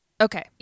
Okay